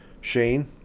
Shane